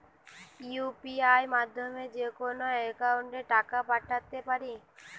UPI মাধ্যমে যেকোনো একাউন্টে টাকা পাঠাতে পারি?